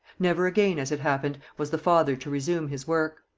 never again, as it happened, was the father to resume his work.